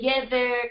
together